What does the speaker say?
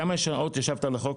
כמה שעות ישבת על החוק?